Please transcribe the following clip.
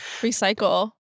Recycle